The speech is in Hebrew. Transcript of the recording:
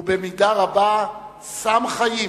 הוא במידה רבה סם חיים